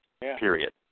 Period